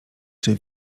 czy